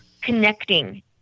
connecting